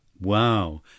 Wow